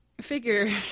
Figure